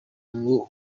ngo